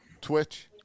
Twitch